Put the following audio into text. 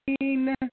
green